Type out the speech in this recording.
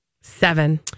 seven